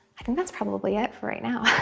i think that's probably it for right now!